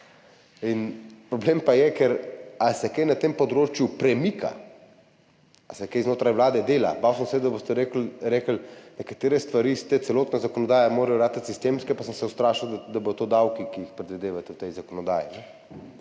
Problem pa je, ker ali se kaj na tem področju premika, ali se kaj znotraj Vlade dela? Bal sem se, da boste rekli, nekatere, celotna zakonodaja morajo postati sistemske, pa sem se ustrašil, da bodo to davki, ki jih predvidevate v tej zakonodaji.